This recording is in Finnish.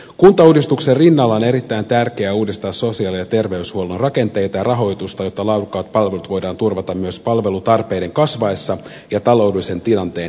kuntauudistuksen rinnalla on erittäin tärkeää uudistaa sosiaali ja terveyshuollon rakenteita ja rahoitusta jotta laadukkaat palvelut voidaan turvata myös palvelutarpeiden kasvaessa ja taloudellisen tilanteen heikentyessä